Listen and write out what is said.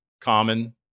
common